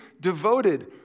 devoted